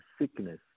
sickness